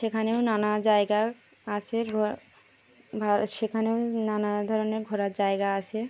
সেখানেও নানা জায়গা আসে ঘোরা সেখানেও নানা ধরনের ঘোরার জায়গা আছে